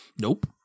Nope